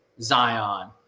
Zion